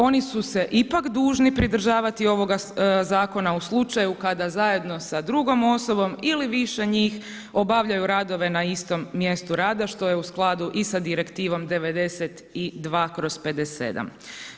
Oni su se ipak dužni pridržavati ovoga zakona u slučaju kada zajedno sa drugom osobom ili više njih obavljaju radove na istom mjestu rada što je u skladu i sa Direktivom 92/57.